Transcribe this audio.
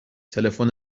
تلفن